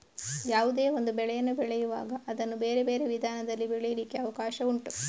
ಯಾವುದೇ ಒಂದು ಬೆಳೆಯನ್ನು ಬೆಳೆಯುವಾಗ ಅದನ್ನ ಬೇರೆ ಬೇರೆ ವಿಧಾನದಲ್ಲಿ ಬೆಳೀಲಿಕ್ಕೆ ಅವಕಾಶ ಉಂಟು